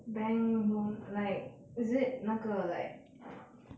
bank loan like is it 那个 like